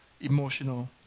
emotional